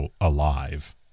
alive